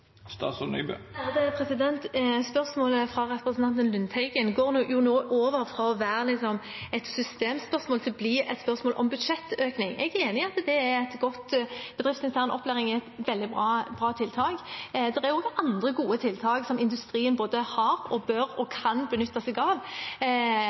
Spørsmålet fra representanten Lundteigen går jo nå over fra å være et systemspørsmål til å bli et spørsmål om budsjettøkning. Jeg er enig i at Bedriftsintern opplæring er et veldig bra tiltak. Det er også andre gode tiltak som industrien både har, bør og